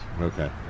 okay